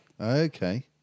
Okay